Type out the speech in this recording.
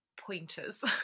pointers